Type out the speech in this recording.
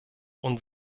und